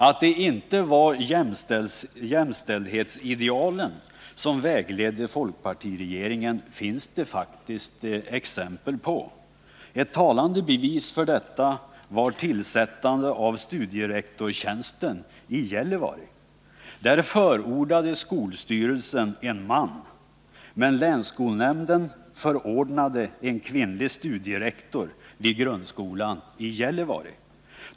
Att det inte var jämställdhetsideal som vägledde folkpartiregeringen finns det faktiskt exempel på. Ett talande bevis för detta är tillsättandet av studierektorstjänsten i Gällivare. Där förordade skolstyrelsen en man, men länsskolnämnden förordade en kvinnlig studierektor vid grundskolan i Gällivare.